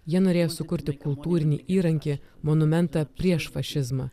jie norėjo sukurti kultūrinį įrankį monumentą prieš fašizmą